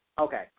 Okay